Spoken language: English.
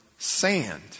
sand